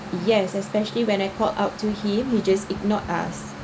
yes especially when I called out to him he just ignored us